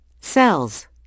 Cells